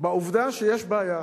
בעובדה שיש בעיה,